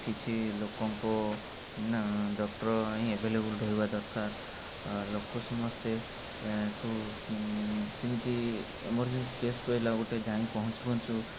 କିଛି ଲୋକଙ୍କ ନା ଡକ୍ଟର୍ ହିଁ ଏଭେଲେବୁଲ୍ ରହିବା ଦରକାର ଲୋକ ସମସ୍ତେ ସବୁ ଯେମିତି ଏମରଜେନ୍ସି କେସ୍ ପଇଲା ଗୋଟେ ଯାଇ ପହଞ୍ଚୁ ପହଞ୍ଚୁ